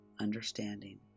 understanding